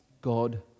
God